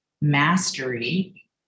mastery